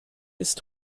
ist